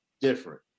different